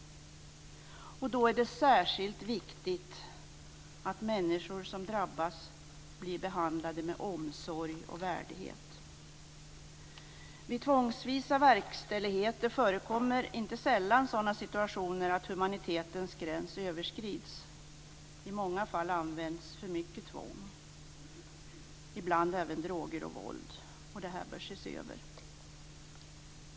Då är det särskilt viktigt att människor som drabbas blir behandlade med omsorg och värdighet. Vid tvångsvisa verkställigheter förekommer inte sällan sådana situationer att humanitetens gräns överskrids. I många fall används för mycket tvång, och ibland även droger och våld. Detta bör ses över.